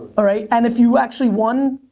all right, and if you actually won,